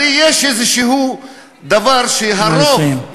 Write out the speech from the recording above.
הרי יש איזשהו דבר שהרוב,